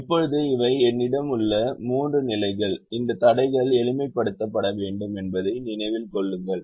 இப்போது இவை என்னிடம் உள்ள மூன்று நிலைகள் இந்த தடைகள் எளிமைப்படுத்தப்பட வேண்டும் என்பதை நினைவில் கொள்ளுங்கள்